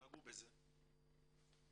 ונגעו בזה,